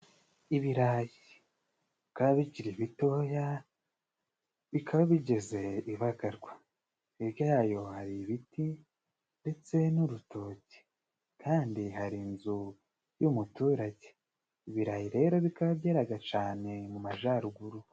Ibirayi bikaba bikiri bitoya, bikaba bigeze ibagarwa. Hirya yayo hari ibiti ndetse n'urutoke. Kandi hari inzu y'umuturage. Ibirayi rero bikaba byeraga cane mu majaruguru.